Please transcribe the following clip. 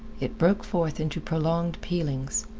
it broke forth into prolonged pealings.